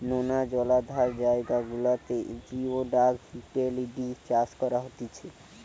নোনা জলাধার জায়গা গুলাতে জিওডাক হিটেলিডি চাষ করা হতিছে